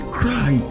cry